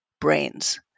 brains